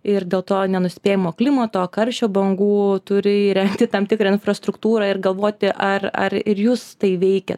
ir dėl to nenuspėjamo klimato karščio bangų turi įrengti tam tikrą infrastruktūrą ir galvoti ar ar ir jus tai veikia